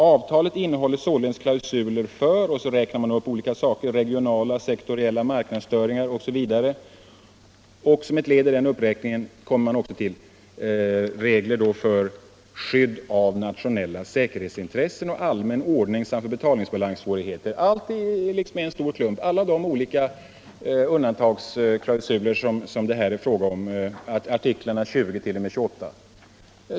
Avtalet innehåller således klausuler för” — och så räknar man upp olika saker, såsom regionala och sektoriella marknadsstörningar osv., och som ett led i den uppräkningen kommer man också till regler för skydd av nationella säkerhetsintressen och allmän ordning samt för betalningsbalanssvårigheter. Alla de olika undantagsklausuler som det här är fråga om, dvs. artiklarna 20 t.o.m. 28, tas med i en enda stor klump.